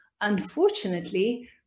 Unfortunately